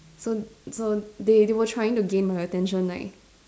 so so they they were trying to gain my attention like